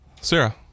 Sarah